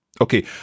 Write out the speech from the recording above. Okay